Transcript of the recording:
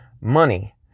money